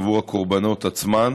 עבור הקורבנות עצמם,